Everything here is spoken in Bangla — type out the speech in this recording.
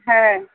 হ্যাঁ